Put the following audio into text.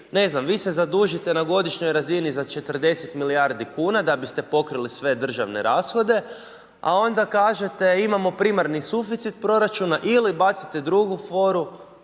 ne znam, vi se zadužite na godišnjoj razini za 40 milijardi kuna da biste pokrili sve državne rashode, a onda kažete imamo primarni suficit proračuna ili bacite drugu foru,